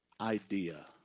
idea